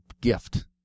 gift